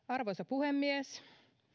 arvoisa puhemies se